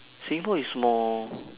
singapore is more